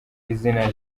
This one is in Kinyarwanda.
izina